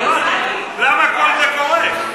למה כל זה קורה?